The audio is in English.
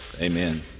Amen